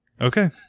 Okay